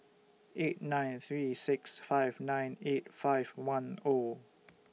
eight nine three six five nine eight five one O